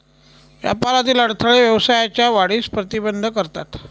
व्यापारातील अडथळे व्यवसायाच्या वाढीस प्रतिबंध करतात